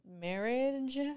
marriage